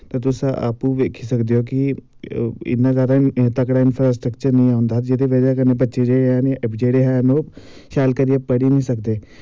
ता तुस आपू दिक्खी सकदे ओ कि इन्ना जादा तगड़ा इंफ्रास्टैक्चर नी औंदी जेह्दी बजा कन्नै बच्चे जेह्ड़े हैन ओह् शैल करियै पढ़ी नी सकदे